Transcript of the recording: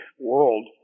world